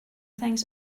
thanks